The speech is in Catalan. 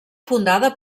fundada